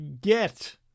get